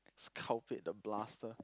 cow pit the blaster